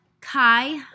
Kai